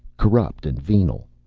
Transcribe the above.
corrupt and venal.